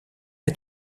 est